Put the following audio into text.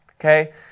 Okay